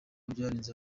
byaranze